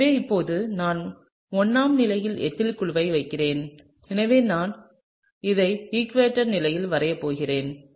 எனவே இப்போது நான் 1 ஆம் நிலையில் எத்தில் குழுக்கள் வைக்கிறேன் எனவே நான் அதை ஈகுவடோரில் நிலையில் வரையப் போகிறேன்